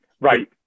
right